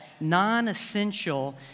non-essential